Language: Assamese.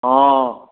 অ